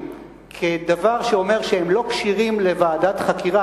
כדבר שאומר שהם לא כשירים לוועדת חקירה,